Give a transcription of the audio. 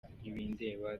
ntibindeba